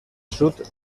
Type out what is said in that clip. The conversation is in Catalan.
sud